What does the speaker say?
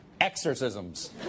exorcisms